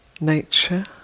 nature